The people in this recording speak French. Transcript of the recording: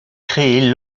créée